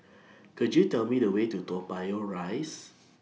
Could YOU Tell Me The Way to Toa Payoh Rise